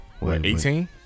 18